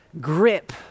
grip